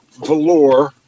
velour